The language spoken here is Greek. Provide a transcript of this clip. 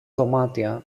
δωμάτια